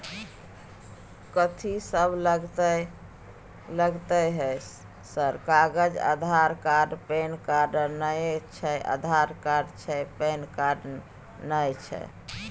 कथि सब लगतै है सर कागज आधार कार्ड पैन कार्ड नए छै आधार कार्ड छै पैन कार्ड ना छै?